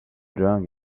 drunk